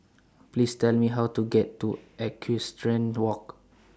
Please Tell Me How to get to Equestrian Walk